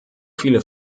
viele